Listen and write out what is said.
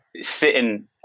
sitting